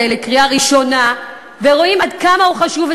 הזה לקריאה ראשונה ורואים עד כמה הוא חשוב,